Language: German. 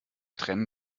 trennen